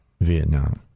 Vietnam